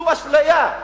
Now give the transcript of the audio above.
זו אשליה.